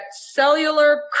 cellular